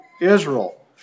Israel